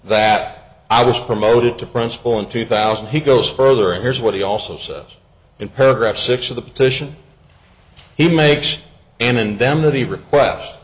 that i was promoted to principal in two thousand he goes further and here's what he also says in paragraph six of the petition he makes an indemnity request